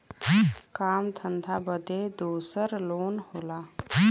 काम धंधा बदे दूसर लोन होला